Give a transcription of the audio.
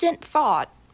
thought